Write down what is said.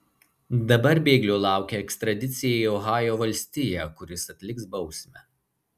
dabar bėglio laukia ekstradicija į ohajo valstiją kur jis atliks bausmę